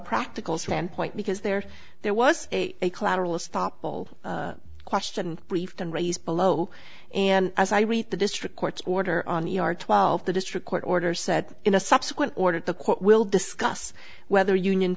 practical standpoint because there there was a collateral estoppel question briefed and raise below and as i read the district court's order on e r twelve the district court order said in a subsequent order the court will discuss whether union